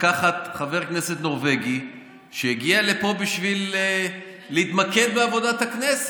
לקחת חבר כנסת נורבגי שהגיע לפה בשביל להתמקד בעבודת הכנסת,